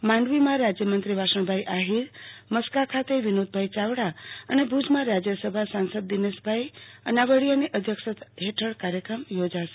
માંડવીમાં રાજયમંત્રી વાસણભાઈ આહીર મસ્કા ખાતે વિનોદભાઈ ચાવડા અન ભુજમાં રાજયસભા સાસંદ દિનેશભાઈ અનાવાડીયાની અધ્યક્ષતા હેઠળ કાર્યક્રમ યોજાશે